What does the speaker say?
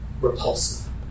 repulsive